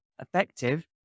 effective